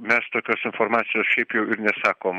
mes tokios informacijos šiaip jau ir nesakom